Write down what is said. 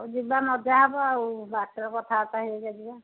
ଯିବା ମଜା ହେବ ଆଉ ବାଟରେ କଥାବାର୍ତ୍ତା ହେଇ ହେଇକା ଯିବା